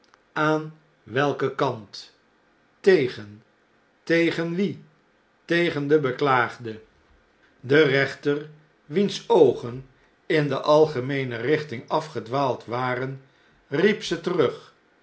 aan welken kant tegen tegen wien tegen den beklaagde de rechter wiens oogen in de algemeene richting afgedwaald waren riep ze terug